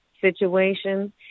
situation